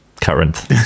current